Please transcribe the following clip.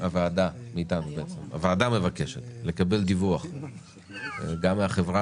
הוועדה מבקשת לקבל דיווח גם מן החברה